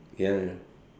ya ya